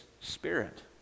spirit